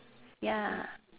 ya